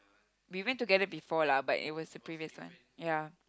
we went together before lah but it was the previous one ya